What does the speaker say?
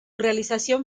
realización